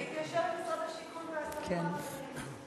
--- משרד השיכון והשרים האחרים.